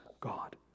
God